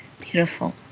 beautiful